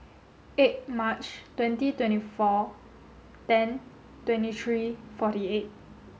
eight March twenty twenty four ten twenty three forty eight